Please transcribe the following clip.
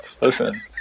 Listen